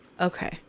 Okay